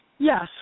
Yes